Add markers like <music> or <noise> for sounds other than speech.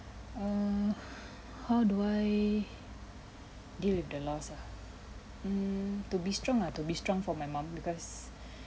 um <breath> how do I deal with the loss ah mm to be strong ah to be strong for my mum because <breath>